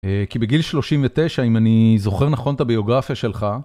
כי בגיל 39, אם אני זוכר נכון את הביוגרפיה שלך...